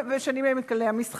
משנים להם את כללי המשחק.